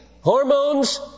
hormones